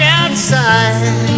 outside